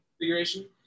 configuration